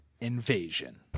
Invasion